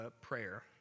prayer